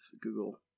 Google